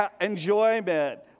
enjoyment